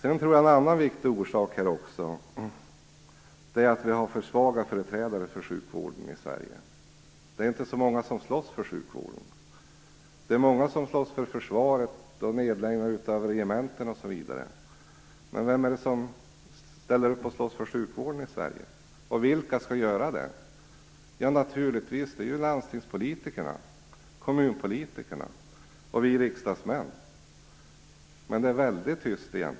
En annan viktig orsak är att vi har för svaga företrädare för sjukvården i Sverige. Det är inte så många som slåss för sjukvården, men det är många som slåss för försvaret och mot nedläggningar av regementen, osv. Men vem ställer upp och slåss för sjukvården, och vilka skall göra det? Naturligtvis är det landstingspolitikerna, kommunpolitikerna och riksdagsmännen. Men det är väldigt tyst.